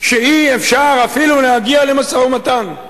שאי-אפשר אפילו להגיע למשא-ומתן.